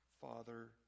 Father